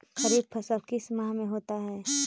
खरिफ फसल किस माह में होता है?